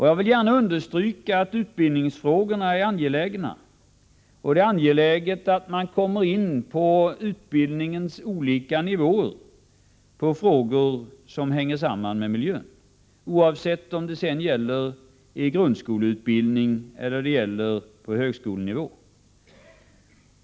Jag vill gärna understryka att utbildningsfrågorna är angelägna, och det är väsentligt att man kommer in på utbildningens olika nivåer beträffande frågor som hänger samman med miljön — oavsett om det är grundskoleutbildning eller utbildning på högskolenivå.